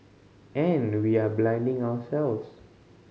and we are blinding ourselves